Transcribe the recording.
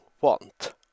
want